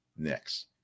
Next